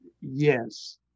Yes